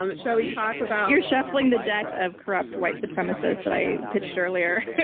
um shall we talk about. you're shuffling the deck of corrupt white supremacists that i pitched earlier.